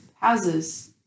houses